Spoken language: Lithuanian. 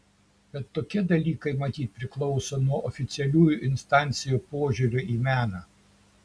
bet tokie dalykai matyt priklauso nuo oficialiųjų instancijų požiūrio į meną